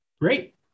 great